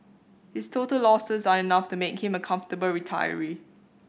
his total losses are enough to make him a comfortable retiree